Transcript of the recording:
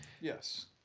Yes